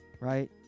right